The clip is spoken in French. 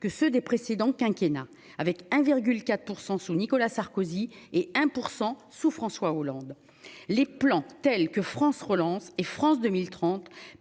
que ceux des précédents quinquennats avec 1,4% sous Nicolas Sarkozy et un pour 100 sous François Hollande les plans tels que France relance et France 2030